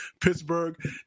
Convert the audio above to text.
Pittsburgh